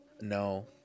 No